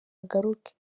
agaruke